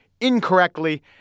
incorrectly